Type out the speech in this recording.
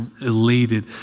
elated